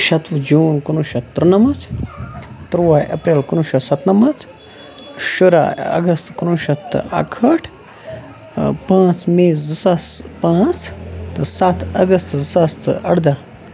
شَتوُہ جوٗن کُنوُہ شیٚتھ تٕرٛنَمَتھ تُرٛواہ اٮ۪پریل کُنوُہ شیٚتھ سَتنَمَتھ شُراہ اَگستہٕ کُنوُہ شیٚتھ تہٕ اَکہٕ ہٲٹھ پانٛژھ مے زٕ ساس پانٛژھ تہٕ سَتھ اَگستہٕ زٕ ساس تہٕ اَرداہ